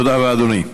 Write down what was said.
תודה רבה, אדוני.